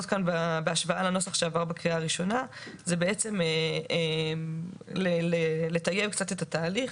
בהשוואה לנוסח שעבר בקריאה הראשונה ניסינו לטייב קצת את התהליך.